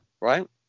right